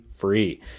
free